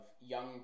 young